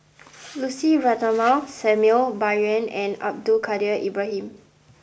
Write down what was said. Lucy Ratnammah Samuel Bai Yan and Abdul Kadir Ibrahim